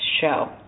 show